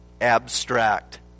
abstract